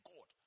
God